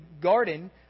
garden